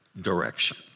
direction